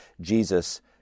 Jesus